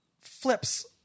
flips